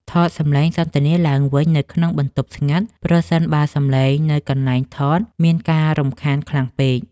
ថតសម្លេងសន្ទនាឡើងវិញនៅក្នុងបន្ទប់ស្ងាត់ប្រសិនបើសំឡេងនៅកន្លែងថតមានការរំខានខ្លាំងពេក។